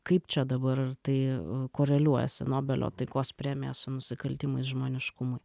kaip čia dabar tai koreliuoja su nobelio taikos premija su nusikaltimais žmoniškumui